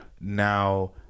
now